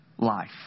Life